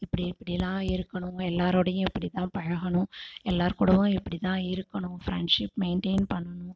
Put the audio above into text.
இப்படி இப்படியெல்லாம் இருக்கணும் எல்லாரோடையும் இப்படி தான் பழகணும் எல்லார்கூடவும் இப்பிடி தான் இருக்கணும் ஃப்ரெண்ட்ஷிப் மெயின்டெய்ன் பண்ணனும்